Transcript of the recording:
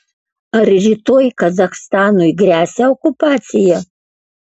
ar rytoj kazachstanui gresia okupacija